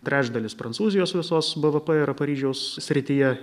trečdalis prancūzijos visos bvp yra paryžiaus srityje